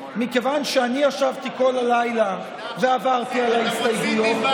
מכיוון שאני ישבתי כל הלילה ועברתי על ההסתייגויות,